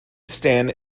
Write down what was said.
stand